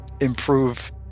improve